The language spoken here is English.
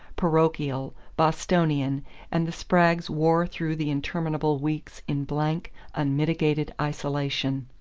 parochial, bostonian and the spraggs wore through the interminable weeks in blank unmitigated isolation.